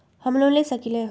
हम लोन ले सकील?